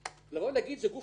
לומר שזה גוף לא מבוקר?